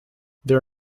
their